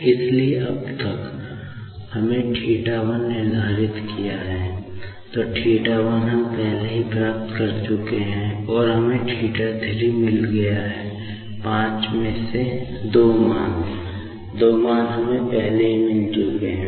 इसलिए अब तक हमने θ1 निर्धारित किया है θ1 हम पहले ही प्राप्त कर चुके हैं और अब हमें θ3 मिल गया है पाँच मान में से दो मान हमें पहले ही मिल चुके हैं